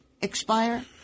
expire